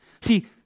See